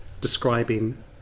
describing